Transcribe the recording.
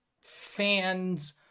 fans